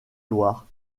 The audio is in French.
loire